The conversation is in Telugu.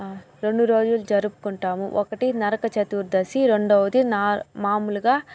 రెండు రోజులు జరుపుకుంటాము ఒకటి నరక చతుర్దశి రెండవది మామూలుగా